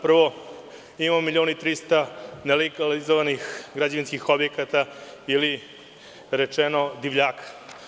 Prvo, imamo 1.300.000 nelegalizovanih građevinskih objekata ili, uslovno rečeno, divljaka.